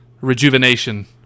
rejuvenation